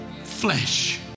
flesh